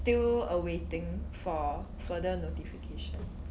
still awaiting for further notification